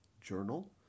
journal